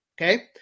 Okay